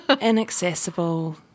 Inaccessible